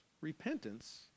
repentance